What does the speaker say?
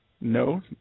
no